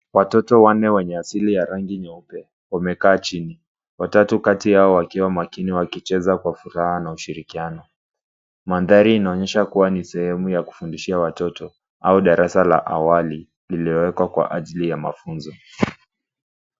Watoto wanne wenye asili ya rangi nyeupe wamekaa chini. Watatu kati yao wakiwa makini wakicheza kwa furaha na ushirikiano. Mandhari inaonyesha kuwa ni sehemu ya kuwafundishia watoto au darasa la awali lililowekwa kwa ajili ya mafunzo.